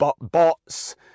bots